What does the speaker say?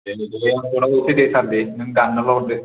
दे दे दे आं कर्ट आव हैनोसै दे सार दे नों दान्नाल' हरदो